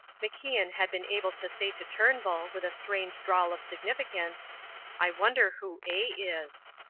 macian had been able to say to turnbull with a strange drawl of significance i wonder who a is.